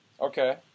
Okay